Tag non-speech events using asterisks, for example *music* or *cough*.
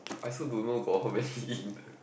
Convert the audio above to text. I also don't know got how many *noise* in